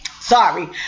Sorry